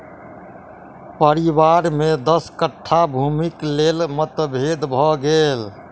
परिवार में दस कट्ठा भूमिक लेल मतभेद भ गेल